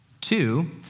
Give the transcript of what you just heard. two